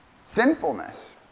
sinfulness